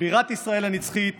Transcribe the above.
בירת ישראל הנצחית